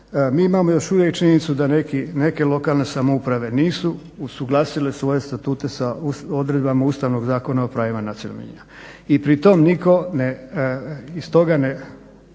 Mi imamo još uvijek činjenicu da neke lokalne samouprave nisu usuglasile svoje statute sa odredbama ustavnog Zakona o pravima nacionalnih manjina, i pritom nitko ne,